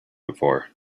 before